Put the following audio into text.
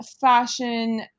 fashion